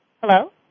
Hello